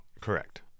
Correct